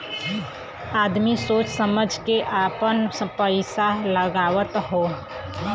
आदमी सोच समझ के आपन पइसा लगावत हौ